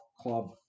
club